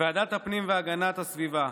בוועדת הפנים והגנת הסביבה,